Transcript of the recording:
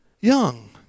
Young